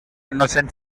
innocent